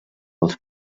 als